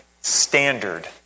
standard